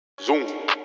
zoom